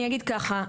אני אגיד ככה.